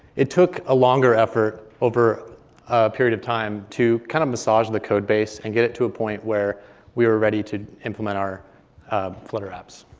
it took a longer effort over a period of time to kind of massage the code base and get it to a point where we were ready to implement our flutter apps.